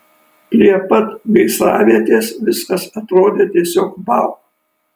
prie pat gaisravietės viskas atrodė tiesiog vau